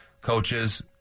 coaches